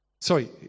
Sorry